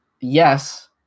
yes